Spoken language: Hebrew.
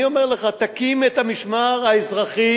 אני אומר לך, תקים את המשמר האזרחי,